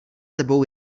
tebou